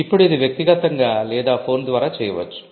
ఇప్పుడు ఇది వ్యక్తిగతంగా లేదా ఫోన్ ద్వారా చేయవచ్చు